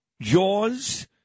Jaws